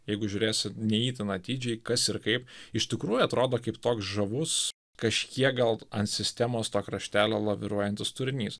jeigu žiūrėsi ne itin atidžiai kas ir kaip iš tikrųjų atrodo kaip toks žavus kažkiek gal ant sistemos kraštelio laviruojantis turinys